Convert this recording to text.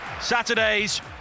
Saturdays